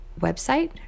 website